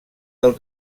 del